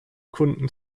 kunden